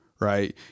Right